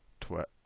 twelve